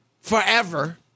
forever